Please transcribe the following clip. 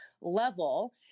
level